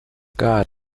god